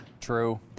True